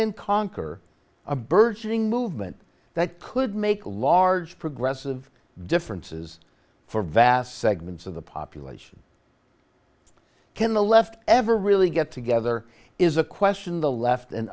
and conquer a burgeoning movement that could make large progressive differences for vast segments of the population can the left ever really get together is a question the left and